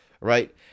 right